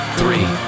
three